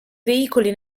veicoli